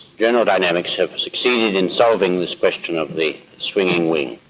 general dynamics have succeeded in solving this question of the swinging wing.